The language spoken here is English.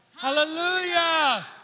hallelujah